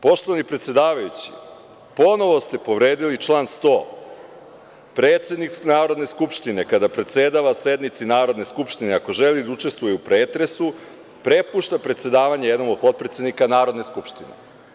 Poštovani predsedavajući, ponovo ste povredili član 100. – predsednik Narodne skupštine, kada predsedava sednici Narodne skupštine, ako želi da učestvuje u pretresu, prepušta predsedavanje jednom od potpredsednika Narodne skupštine.